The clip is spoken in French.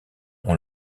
ont